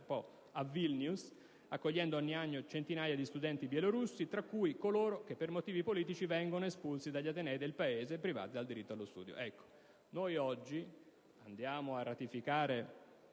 a Vilnius accogliendo ogni anno centinaia di studenti bielorussi, tra cui coloro che per motivi politici vengono espulsi dagli atenei del Paese e privati del diritto allo studio». Oggi ci accingiamo a ratificare